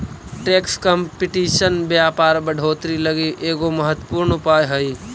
tax competition व्यापार बढ़ोतरी लगी एगो महत्वपूर्ण उपाय हई